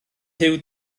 huw